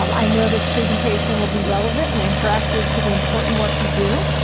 um i know this presentation will be relevant and interactive to the important work you do.